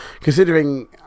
considering